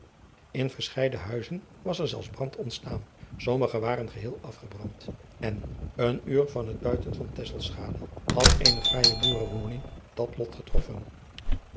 in verscheiden huizen was er zelfs brand ontstaan tommige waren geheel afgebrand en een uur van het buiten van tesselschade had eene fraaije boerenwoning dat lot getroffen